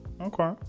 Okay